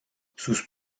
sus